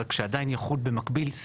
רק שעדיין יחול במקביל,